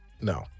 No